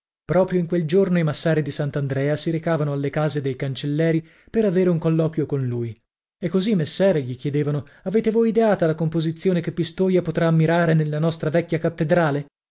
proprio quel giorno i massari di sant'andrea si recavano alle case dei cancelleri per avere un colloquio con lui e così messere gli chiedevano avete voi ideata la composizione che pistoia potrà ammirare nella nostra vecchia cattedrale